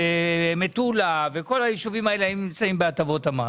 מטולה וכל הישובים האלה נמצאים בהטבות המס.